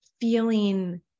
feeling